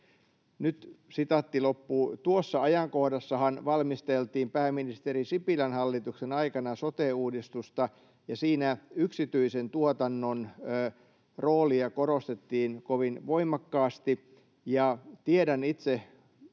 vuosittain.” Tuossa ajankohdassahan valmisteltiin pääministeri Sipilän hallituksen aikana sote-uudistusta, ja siinä yksityisen tuotannon roolia korostettiin kovin voimakkaasti.